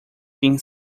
quem